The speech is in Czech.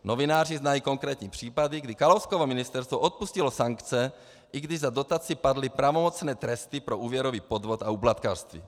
Novináři znají konkrétní případy, kdy Kalouskovo ministerstvo odpustilo sankce, i když za dotaci padly pravomocné tresty pro úvěrový podvod a úplatkářství.